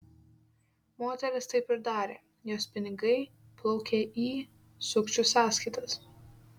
moteris taip ir darė jos pinigai plaukė į sukčių sąskaitas